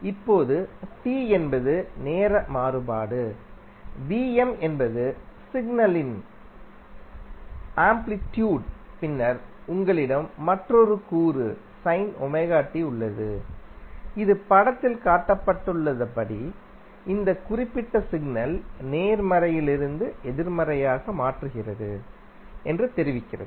இப்போது t என்பது நேர மாறுபாடு Vm என்பது சிக்னல்யின் ஆம்ப்ளிட்யூட் பின்னர் உங்களிடம் மற்றொரு கூறு உள்ளதுஇது படத்தில் காட்டப்பட்டுள்ளபடி இந்த குறிப்பிட்ட சிக்னல் நேர்மறையிலிருந்து எதிர்மறையாக மாற்றுகிறது என்று தெரிவிக்கிறது